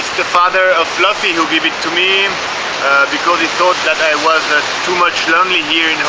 the father of lofi who gave it to me because he thought that i was too much lonely here